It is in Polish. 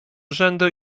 urzędu